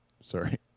sorry